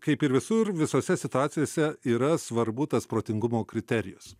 kaip ir visur visose situacijose yra svarbu tas protingumo kriterijus